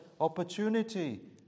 opportunity